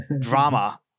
drama